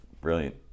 brilliant